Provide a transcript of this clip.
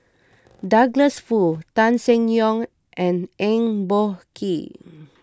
Douglas Foo Tan Seng Yong and Eng Boh Kee